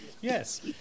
Yes